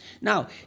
Now